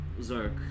Zerk